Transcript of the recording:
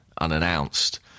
unannounced